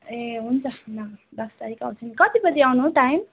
ए हुन्छ ल दस तारिक आउँछु नि कति बजी आउनु टाइम